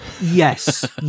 Yes